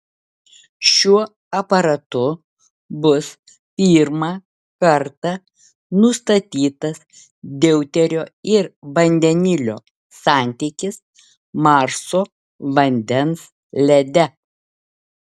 šiuo aparatu bus pirmą kartą nustatytas deuterio ir vandenilio santykis marso vandens lede